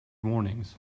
warnings